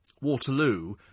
Waterloo